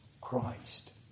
Christ